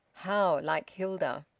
how like hilda!